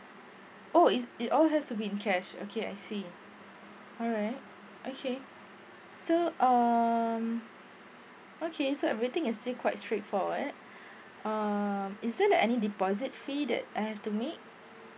oh is it all has to be in cash okay I see alright okay so um okay so everything is actually quite straightforward uh is there any deposit fee that I have to make